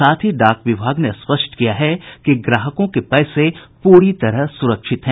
साथ ही डाक विभाग ने स्पष्ट किया है कि ग्राहकों के पैसे पूरी तरह सुरक्षित हैं